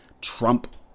trump